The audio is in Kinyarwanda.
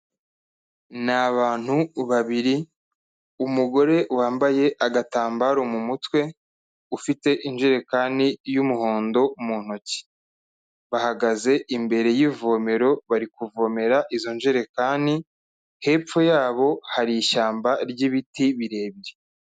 Ni abantu babiri, umugore wambaye agatambaro mu mutwe, ufite injerekani y'umuhondo mu ntoki. Bahagaze imbere y'ivomero bari kuvomera izo njerekani, hepfo yabo hari ishyamba ry'ibiti birebire.